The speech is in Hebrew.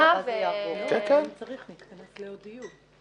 ואם צריך נתכנס לעוד דיון.